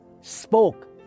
spoke